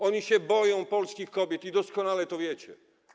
Oni się boją polskich kobiet i doskonale to wiecie.